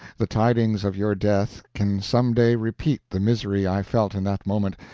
the tidings of your death can some day repeat the misery i felt in that moment,